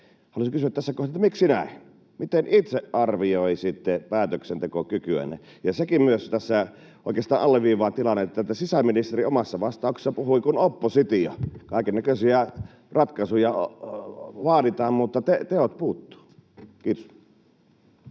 Haluaisin kysyä tässä kohtaa: Miksi näin? Miten itse arvioisitte päätöksentekokykyänne? Sekin tässä oikeastaan alleviivaa tilannetta, että sisäministeri omassa vastauksessaan puhui kuin oppositio. Kaikennäköisiä ratkaisuja vaaditaan, mutta teot puuttuvat. — Kiitos.